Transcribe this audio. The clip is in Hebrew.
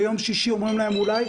וביום שישי אומרים להם אולי,